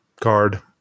card